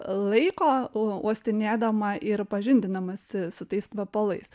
laiko o uostinėdama ir pažindinamasi su tais kvepalais